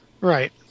Right